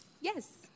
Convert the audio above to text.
Yes